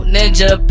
Ninja